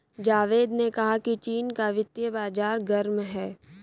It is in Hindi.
जावेद ने कहा कि चीन का वित्तीय बाजार गर्म है